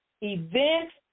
events